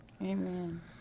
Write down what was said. Amen